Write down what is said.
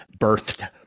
birthed